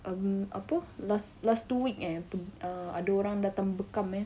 um apa last last two week eh err ada orang datang bekam eh